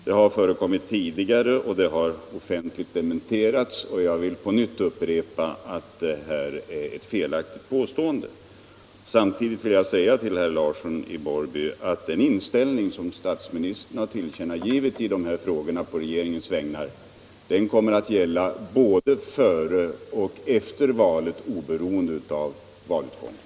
Det har förekommit tidigare, det har offentligt dementerats, och jag vill på nytt upprepa att påståendet är felaktigt. Samtidigt vill jag säga till herr Larsson i Borrby att den inställning som statsministern har tillkännagivit i dessa frågor på regeringens vägnar kommer att gälla både före och efter valet, oberoende av valutgången.